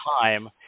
time